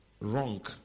wrong